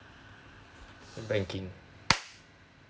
banking